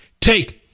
Take